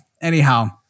anyhow